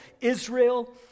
Israel